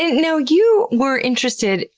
you know you were interested,